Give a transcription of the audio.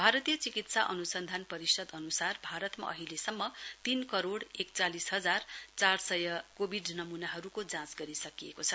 भारतीय चिकित्सा अनुसन्धान परिषद अनुसार भारतमा अहिलेसम्म तीन कोरङ एकचालिस हजार चार सय कोविड नमूनाहरूको जाँच गरिसकिएको छ